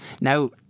now